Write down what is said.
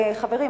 חברים,